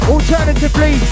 Alternatively